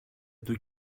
του